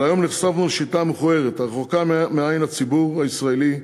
אבל היום נחשפנו לשיטה מכוערת הרחוקה מעין הציבור הישראלי: